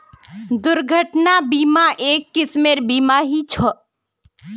दुर्घटना बीमा, एक किस्मेर बीमा ही ह छे